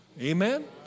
Amen